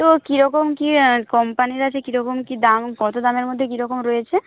তো কীরকম কী কোম্পানির আছে কীরকম কী দাম কত দামের মধ্যে কীরকম রয়েছে